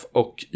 och